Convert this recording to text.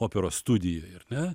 operos studijoj ar ne